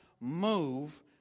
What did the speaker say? move